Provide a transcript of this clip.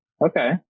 Okay